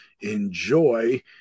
enjoy